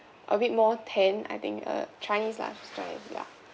a bit more tan I think uh chinese lah she's chinese ya